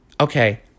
Okay